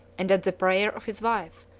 and at the prayer of his wife,